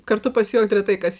kartu pasijuokt retai kas